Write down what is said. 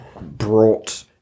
brought